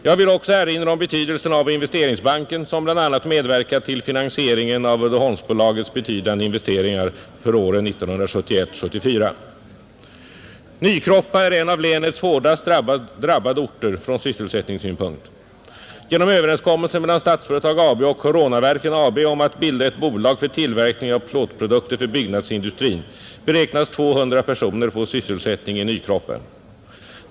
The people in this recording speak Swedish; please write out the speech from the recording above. Jag vill också erinra om betydelsen av Investeringsbanken, som bl.a. medverkat till finansieringen av Uddeholmsbolagets betydande investeringar för åren 1971—1974. Nykroppa är en av länets hårdast drabbade orter från sysselsättningssynpunkt. Genom överenskommelsen mellan Statsföretag AB och Coronaverken AB om att bilda ett bolag för tillverkning av plåtprodukter för byggnadsindustrin beräknas 200 personer få sysselsättning i Nykroppa.